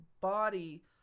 body